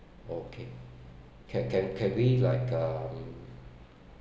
okay can can can we like um